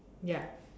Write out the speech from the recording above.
ya